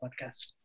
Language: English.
podcast